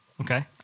Okay